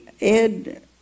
Ed